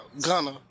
Gunner